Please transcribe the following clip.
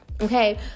Okay